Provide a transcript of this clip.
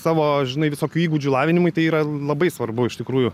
savo žinai visokių įgūdžių lavinimui tai yra labai svarbu iš tikrųjų